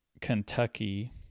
Kentucky